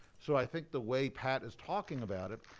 so i think the way pat is talking about it,